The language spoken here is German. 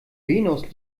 venus